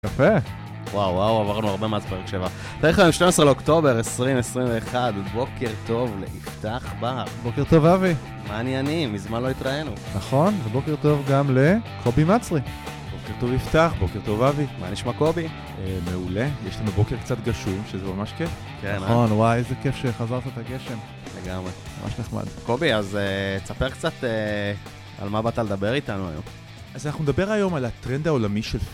יפה. וואו וואו עברנו הרבה מאז פרק שבע. תריכה לנו 12 אוקטובר 2021, בוקר טוב לאבטח באב. בוקר טוב אבי. מעניינים, מזמן לא התראינו. נכון, ובוקר טוב גם לקובי מצרי. בוקר טוב אבטח, בוקר טוב אבי. מה נשמע קובי? מעולה, יש לנו בוקר קצת גשוים, שזה ממש כיף. נכון, וואי איזה כיף שחזרת את הגשם. לגמרי. ממש נחמד. קובי, אז תספר קצת על מה באת לדבר איתנו היום. אז אנחנו נדבר היום על הטרנד העולמי של פרק.